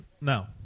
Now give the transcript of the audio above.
No